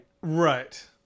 Right